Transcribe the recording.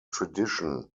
tradition